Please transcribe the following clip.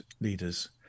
leaders